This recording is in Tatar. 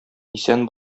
исән